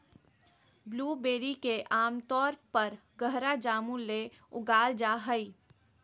blueberry के आमतौर पर गहरा जामुन ले उगाल जा हइ